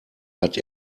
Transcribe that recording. hat